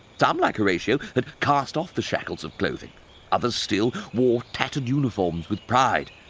but um like horatio, had cast off the shackles of clothing others still wore tattered uniforms with pride.